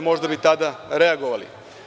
Možda bi tada reagovali.